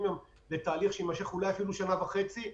לתהליך שיימשך אולי אפילו שנה וחצי.